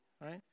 right